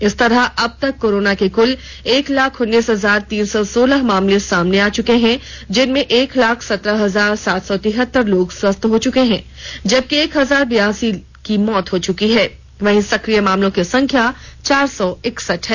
इस तरह अबतक कोरोना के कुल एक लाख उन्नीस हजार तीन सौ सोलह मामले सामने आ चुके हैं जिनमें एक लाख सत्रह हजार सात सौ तिहतर लोग स्वस्थ हो चुके हैं जबकि एक हजार बिरासी की मौत हो चुकी है वहीं सक्रिय मामलों की संख्या चार सौ इकसठ है